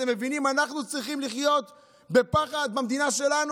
אתם מבינים, אנחנו צריכים לחיות בפחד במדינה שלנו?